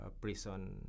prison